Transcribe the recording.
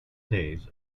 days